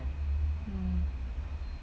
mm